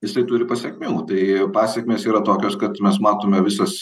jisai turi pasekmių tai pasekmės yra tokios kad mes matome visas